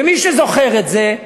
ומי שזוכר את זה,